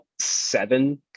seven